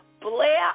Blair